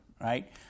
right